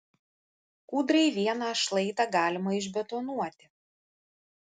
kūdrai vieną šlaitą galima išbetonuoti